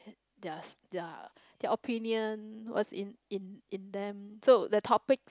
theirs their their opinion what's in in in them so the topic